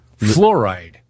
fluoride